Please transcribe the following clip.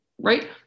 right